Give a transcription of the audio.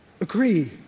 Agree